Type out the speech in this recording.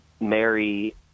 Mary